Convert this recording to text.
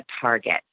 target